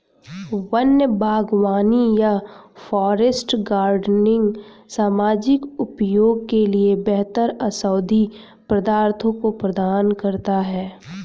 वन्य बागवानी या फॉरेस्ट गार्डनिंग सामाजिक उपयोग के लिए बेहतर औषधीय पदार्थों को प्रदान करता है